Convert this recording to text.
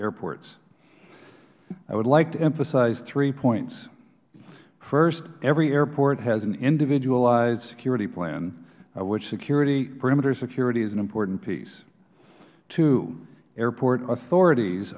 airports i would like to emphasize threehpoints first every airport has an individualized security plan of which security perimeter security is an important piece two airport authorities